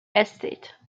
estate